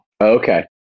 Okay